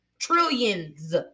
Trillions